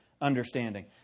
understanding